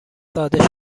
ساده